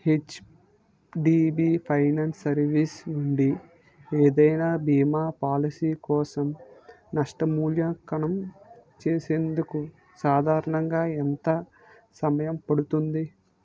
HDB finance service నుండి ఏదైన బీమా పాలసీ కోసం నష్ట మూల్యాంకనం చేసేందుకు సాధారణంగా ఎంత సమయం పడుతుంది